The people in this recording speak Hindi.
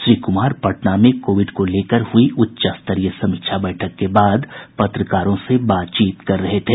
श्री कुमार पटना में कोविड को लेकर हुई उच्चस्तरीय समीक्षा बैठक के बाद पत्रकारों से बातचीत कर रहे थे